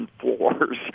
floors